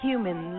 Human